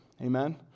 amen